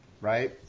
right